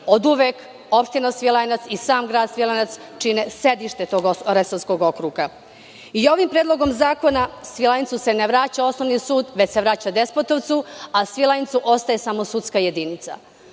oduvek opština Svilajnac i sam grad Svilajnac čine sedište tog Resavskog okruga. Ovim predlogom zakona Svilajncu se ne vraća osnovni sud već se vraća Despotovcu, a Svilajncu ostaje samo sudska jedinica. Ako